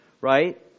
Right